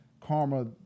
karma